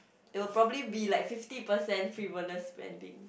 it will probably be like fifty percent frivolous spending